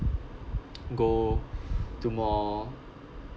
go to more